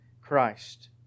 Christ